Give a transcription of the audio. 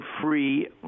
free